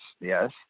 yes